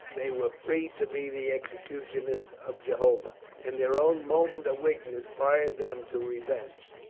they were free to be the executioners of jehovah. and their own moment of weakness fired them to re venge.